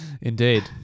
Indeed